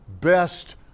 best